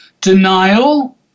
Denial